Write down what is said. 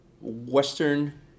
Western